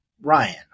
Ryan